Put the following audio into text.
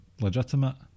legitimate